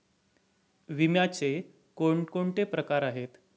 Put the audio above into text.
विम्याचे कोणकोणते प्रकार आहेत?